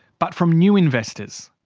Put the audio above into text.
but from new investors.